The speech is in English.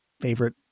favorite